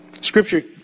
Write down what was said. Scripture